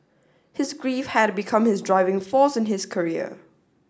his grief had become his driving force in his career